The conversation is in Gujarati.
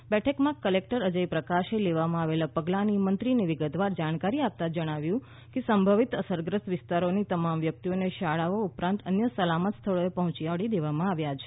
આ બેઠકમાં ક્લેક્ટર અજય પ્રકાશે લેવામાં આવેલા પગલાંની મંત્રીને વિગતવાર જાણકારી આપતા જણાવ્યું કે સંભવિત અસરગ્રસ્ત વિસ્તારોની તમામ વ્યક્તિઓને શાળાઓ ઉપરાંત અન્ય સલામત સ્થળોએ પહોંચાડી દેવામાં આવ્યા છે